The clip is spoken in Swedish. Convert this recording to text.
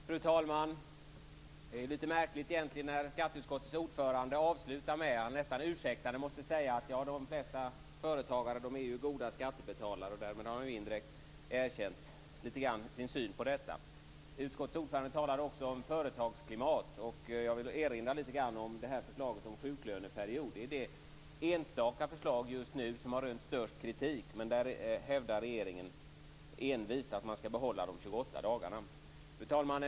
Fru talman! Det är egentligen märkligt att skatteutskottets ordförande måste avsluta med att litet ursäktande säga att de flesta företagare är goda skattebetalare. Därmed har han väl indirekt erkänt sin syn på detta. Utskottets ordförande talar också om företagsklimat. Jag vill då erinra om förslaget om sjuklöneperiod. Det är det enstaka förslag som just nu har rönt störst kritik, men där hävdar regeringen envist att man skall behålla de 28 dagarna. Fru talman!